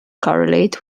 correlate